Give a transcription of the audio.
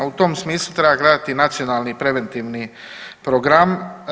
U tom smislu treba gledati nacionalni preventivni program.